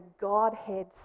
Godhead